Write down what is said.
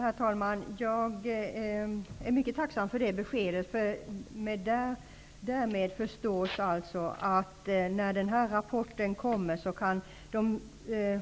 Herr talman! Jag är mycket tacksam för det beskedet. Därmed förstås alltså, att när den här rapporten kommer kan de